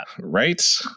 Right